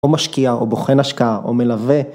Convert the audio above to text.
‫או משקיע, או בוחן השקעה, ‫או מלווה.